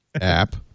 app